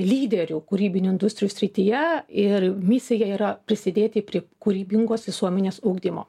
lyderių kūrybinių industrijų srityje ir misija yra prisidėti prie kūrybingos visuomenės ugdymo